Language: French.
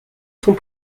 sont